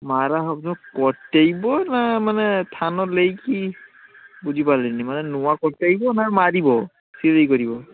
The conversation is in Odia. ମରା ହେବ କଟାଇବ ନା ମାନେ ଥାନ ନେଇକି ବୁଝିପାରିଲିନି ମାନେ ନୂଆ କଟେଇବ ନା ମାରିବ ସିଲେଇ କରିବ